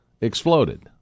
exploded